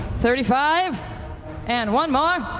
thirty five and one more.